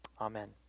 Amen